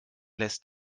lässt